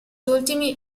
ultimi